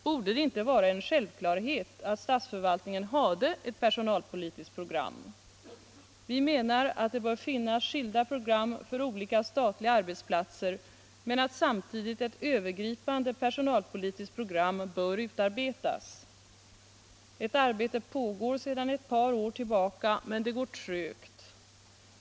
Borde det inte vara en självklarhet att statsförvaltningen hade ett personalpolitiskt program? Vi menar att det bör finnas skilda program för olika statliga arbetsplatser, men att samtidigt ett övergripande personalpolitiskt program bör utarbetas. Ett arbete pågår sedan ett par år tillbaka, men det går trögt.